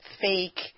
fake